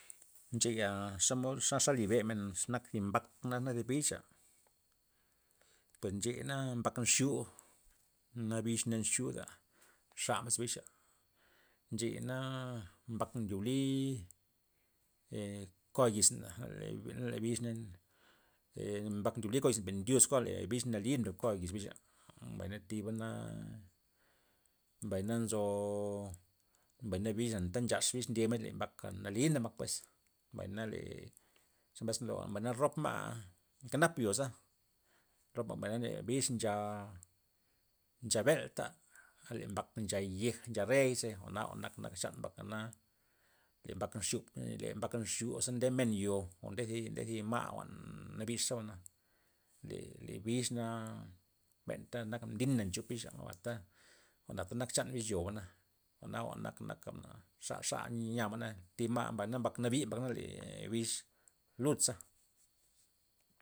Nche'ya xomod, xaxa' libemen ze nak thi mbak na ni thi bixa', per nchena' mbak nxu'u, na bix na nxu'uda, xa mbes bix, nche'ana mbak ndyobli ee ko'a yisna le- le bix mbak ndyobli ko'a yisna per ndyus ko'a le bix nali ndob ko' yis bix'a, mbay na thibana, mbay na nzo mbay na bixa' anta nchax bix ndye'ma le mbaka nali nda mbak pues, mbay na le xe beska na lo'o mbayna ropma nke nap yoza, rob ma' mbay nale bix ncha ncha belta', le mbak ncha yej ncha re'ize jwa'na jwa'n nak chan mbak jwa'na le mbak nxu', le mbak nxu'ze nde men yo' o nde zi- nde zi ma' jwa'n nabixa, le- le bix na benta nak mdin nchu bix jwan'ta jwa'nata nak chan bix yo'bana. jwa'na jwa'n nak- nak gab xa'xa yi'ama'na thibma' mbay na mbak nabi mbak le bix ludxa'.